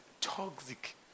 toxic